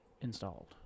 installed